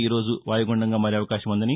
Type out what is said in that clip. ఈరోజు వాయుగుండంగా మారే అవకాశం ఉందని